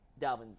dalvin